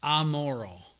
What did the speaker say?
amoral